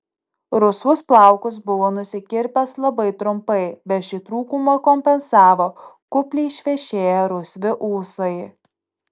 rusvus plaukus buvo nusikirpęs labai trumpai bet šį trūkumą kompensavo kupliai išvešėję rusvi ūsai